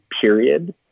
period